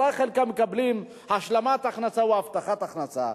אולי חלקה מקבלים השלמת הכנסה או הבטחת הכנסה,